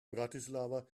bratislava